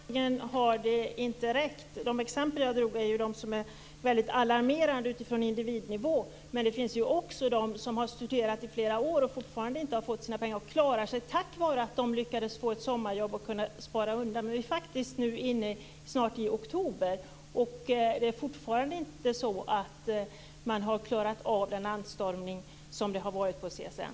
Herr talman! Uppenbarligen har det inte räckt. De exempel jag tog är mycket alarmerande utifrån individnivå. Men det finns också de som har studerat i flera år som fortfarande inte har fått sina pengar. De klarar sig tack vare att de lyckades få ett sommarjobb och har kunnat spara pengar. Men vi är faktiskt snart inne i oktober, och man har fortfarande inte klarat av anstormningen på CSN.